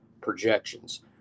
projections